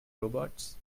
robots